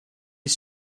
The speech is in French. est